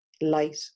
light